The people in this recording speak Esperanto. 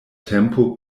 tempo